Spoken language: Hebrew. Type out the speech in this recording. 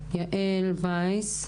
מיעל וייס,